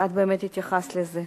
ואת באמת התייחסת לזה.